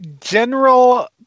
general